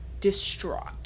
distraught